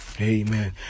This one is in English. Amen